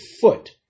foot